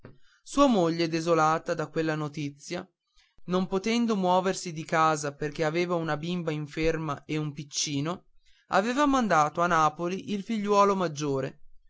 sua moglie desolata di quella notizia non potendo moversi di casa perché aveva una bimba inferma e un'altra al seno aveva mandato a napoli il figliuolo maggiore